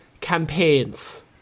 campaigns